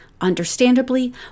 Understandably